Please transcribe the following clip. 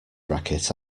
racket